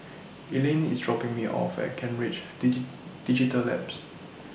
Elayne IS dropping Me off At Kent Ridge Digital Labs